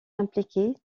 impliqué